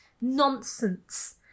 nonsense